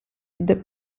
the